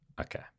Okay